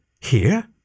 Here